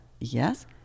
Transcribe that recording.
yes